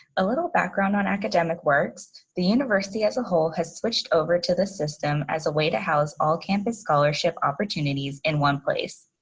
a little background on academic works the university as a whole has switched over to the system as a way to house all campus scholarship opportunities in one place.